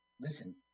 Listen